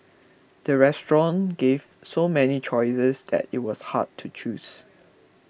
the restaurant gave so many choices that it was hard to choose